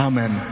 Amen